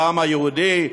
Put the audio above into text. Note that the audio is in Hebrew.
לעם היהודי,